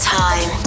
time